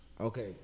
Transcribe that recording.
Okay